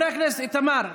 איתמר,